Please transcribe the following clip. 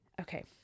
okay